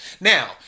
Now